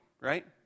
right